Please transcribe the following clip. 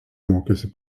mokėsi